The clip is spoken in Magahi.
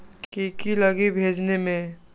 की की लगी भेजने में?